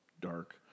dark